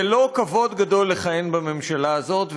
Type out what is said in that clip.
זה לא כבוד גדול לכהן בממשלה הזאת,